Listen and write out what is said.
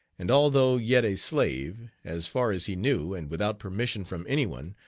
and although yet a slave, as far as he knew, and without permission from any one,